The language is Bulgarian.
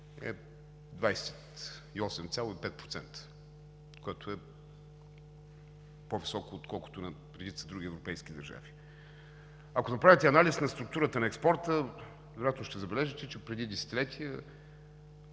е 28,5%, което е по-високо, отколкото в редица други европейски държави. Ако направите анализ на структурата на експорта, вероятно ще забележите, че преди десетилетия